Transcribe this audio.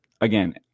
again